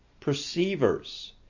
perceivers